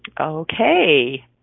Okay